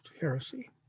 heresy